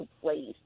place